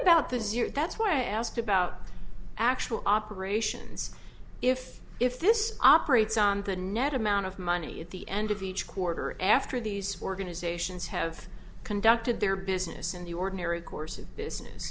about this year that's why i asked about actual operations if if this operates on the net amount of money at the end of each quarter after these organizations have conducted their business in the ordinary course of business